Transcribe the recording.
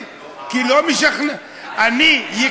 לא, זה מאוד חשוב לי לשמוע.